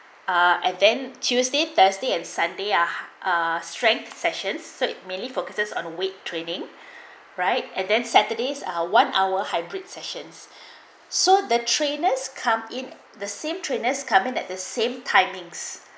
ah and then tuesday thursday and sunday ah a strength sessions so mainly focuses on week training right and then saturdays are one hour hybrid sessions so the trainers come in the same trainers come in at the same timings